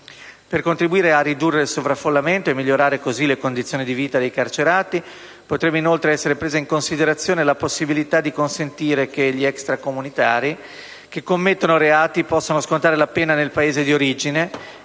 Per contribuire a ridurre il sovraffollamento e migliorare così le condizioni di vita dei carcerati, potrebbe inoltre essere presa in considerazione la possibilità di consentire che gli extracomunitari che commettano reati possano scontare la pena nel Paese di origine